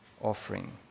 offering